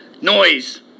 Noise